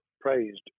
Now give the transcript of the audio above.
praised